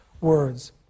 words